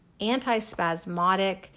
antispasmodic